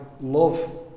love